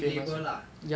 big label lah